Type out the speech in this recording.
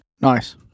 Nice